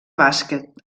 bàsquet